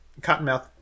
Cottonmouth